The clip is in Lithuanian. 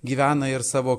gyvena ir savo